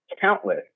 Countless